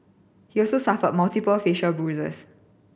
he also suffered multiple facial bruises